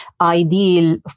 ideal